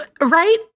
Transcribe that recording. right